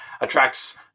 attracts